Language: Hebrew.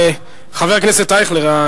חבר הכנסת אייכלר,